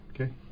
okay